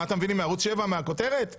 אתה מביא לי מהכותרת של ערוץ 7?